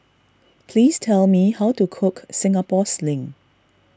please tell me how to Cook Singapore Sling